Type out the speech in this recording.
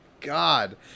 God